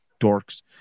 dorks